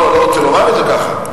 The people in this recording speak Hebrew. לא רוצה לומר את זה כך,